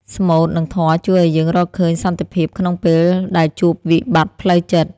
ស្មូត និងធម៌ជួយឱ្យយើងរកឃើញសន្តិភាពក្នុងពេលដែលជួបវិបត្តិផ្លូវចិត្ត។